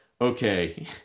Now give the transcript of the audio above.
okay